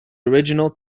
original